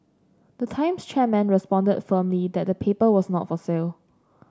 the Times chairman responded firmly that the paper was not for sale